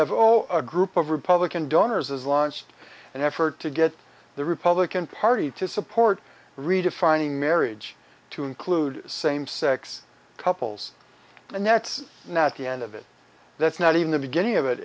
have a group of republican donors as launched an effort to get the republican party to support redefining marriage to include same sex couples and that's not the end of it that's not even the beginning of it